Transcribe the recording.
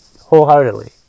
Wholeheartedly